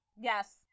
Yes